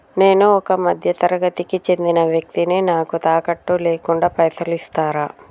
నేను ఒక మధ్య తరగతి కి చెందిన వ్యక్తిని నాకు తాకట్టు లేకుండా పైసలు ఇస్తరా?